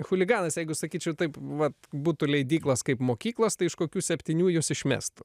chuliganas jeigu sakyčiau taip vat būtų leidyklos kaip mokyklos tai iš kokių septynių jus išmestų